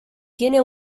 tiene